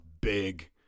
big